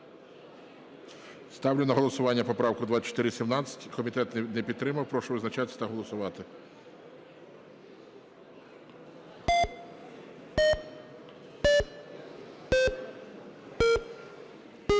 Ставлю на голосування поправку 2417. Комітет не підтримав. Прошу визначатись та голосувати. 12:45:28